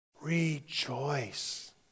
Rejoice